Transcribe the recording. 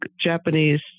Japanese